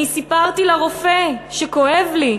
אני סיפרתי לרופא שכואב לי,